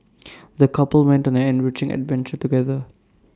the couple went on an enriching adventure together